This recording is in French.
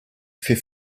fait